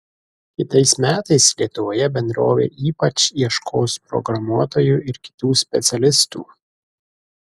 kitais metais lietuvoje bendrovė ypač ieškos programuotojų ir kitų specialistų